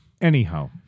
Anyhow